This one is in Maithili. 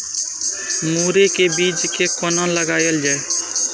मुरे के बीज कै कोना लगायल जाय?